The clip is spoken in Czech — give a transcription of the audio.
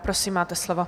Prosím, máte slovo.